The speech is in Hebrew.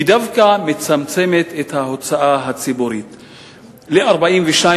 היא דווקא מצמצמת את ההוצאה הציבורית ל-42%.